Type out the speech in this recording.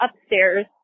upstairs